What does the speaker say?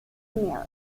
merit